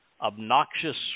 obnoxious